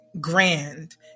grand